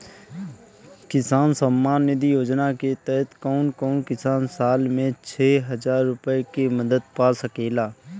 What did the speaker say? किसान सम्मान निधि योजना के तहत कउन कउन किसान साल में छह हजार रूपया के मदद पा सकेला?